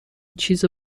چیز